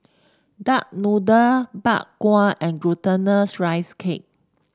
Duck Noodle Bak Kwa and Glutinous Rice Cake